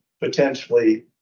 potentially